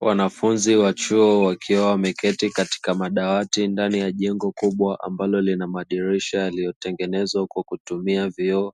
Wanafunzi wa chuo, wakiwa wameketi katika madawati ndani ya jengo kubwa ambalo lina madirisha yaliyotengenezwa kwa kutumia vioo,